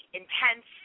intense